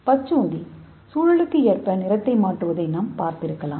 பச்சோந்தி சூழலுக்கு ஏற்ப நிறத்தை மாற்றுவதை நாம் பார்த்திருக்கலாம்